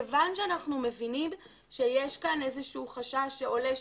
כיוון שאנחנו מבינים שיש כאן איזה שהוא חשש שעולה,